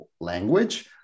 language